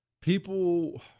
People